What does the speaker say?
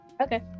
Okay